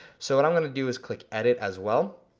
so what i'm gonna do is click edit as well,